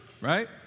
right